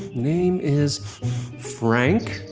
name is frank.